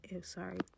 sorry